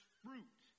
fruit